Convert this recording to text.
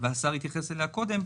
השר התייחס אליה קודם,